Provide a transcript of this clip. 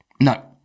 No